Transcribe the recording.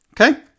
Okay